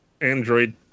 Android